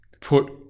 put